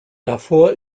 davor